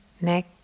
neck